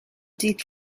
ddydd